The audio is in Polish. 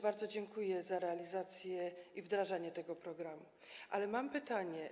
Bardzo dziękuję za realizację i wdrażanie tego programu, ale mam pytanie.